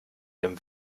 dem